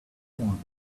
one